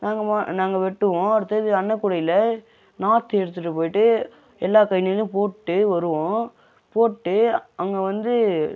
நாங்கள் மோ நாங்கள் வெட்டுவோம் அடுத்தது அன்னகூடையில் நாற்று எடுத்துகிட்டு போய்விட்டு எல்லாம் கயனிலும் போட்டு வருவோம் போட்டு அங்கே வந்து